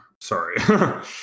Sorry